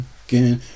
again